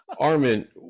Armin